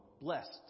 blessed